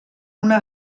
una